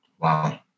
Wow